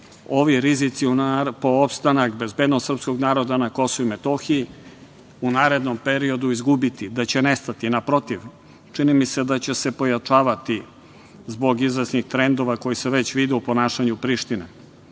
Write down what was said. ovi rizici po opstanak bezbednost srpskog naroda na KiM u narednom periodu izgubiti, da će nestati. Naprotiv, čini mi se da će se pojačavati zbog izvesnih trendova koji se već vide u ponašanju Prištine. Uprkos